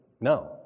no